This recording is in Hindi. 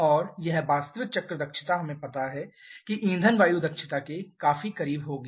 और यह वास्तविक चक्र दक्षता हमें पता है कि ईंधन वायु दक्षता के काफी करीब होगी